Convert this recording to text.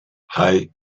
hei